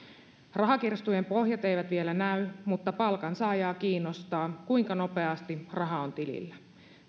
rahakirstujen pohjat eivät vielä näy mutta palkansaajaa kiinnostaa kuinka nopeasti raha on tilillä